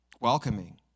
welcoming